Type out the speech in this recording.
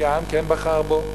כי העם כן בחר בו,